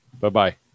Bye-bye